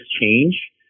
change